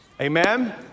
Amen